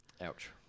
Ouch